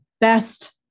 best